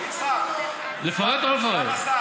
לפרט או לא לפרט?